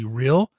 real